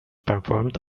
performed